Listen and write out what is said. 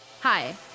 Hi